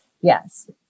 Yes